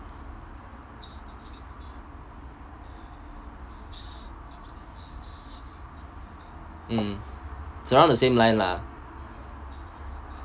mm it's around the same line lah